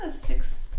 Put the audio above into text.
six